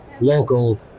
local